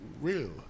real